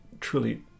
truly